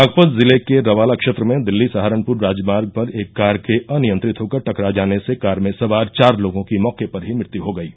बागपत जिले के रवाला क्षेत्र में दिल्ली सहारनपुर राजमार्ग पर एक कार के अनियंत्रित होकर टकरा जाने से कार में सवार चार लोगों की मौके पर ही मृत्यु हो गयी